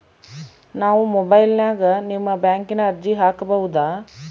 ನಾವು ಮೊಬೈಲಿನ್ಯಾಗ ನಿಮ್ಮ ಬ್ಯಾಂಕಿನ ಅರ್ಜಿ ಹಾಕೊಬಹುದಾ?